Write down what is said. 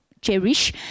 cherish